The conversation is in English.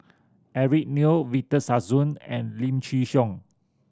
Eric Neo Victor Sassoon and Lim Chin Siong